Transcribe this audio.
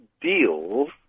deals